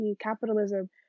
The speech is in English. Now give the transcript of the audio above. capitalism